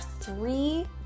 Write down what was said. three